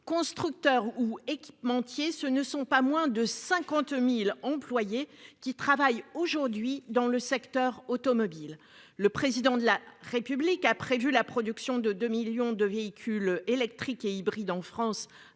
constructeurs ou équipementiers. Ce ne sont pas moins de 50.000 employés qui travaillent aujourd'hui dans le secteur automobile. Le président de la République a prévu la production de 2 millions de véhicules électriques et hybrides en France